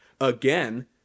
again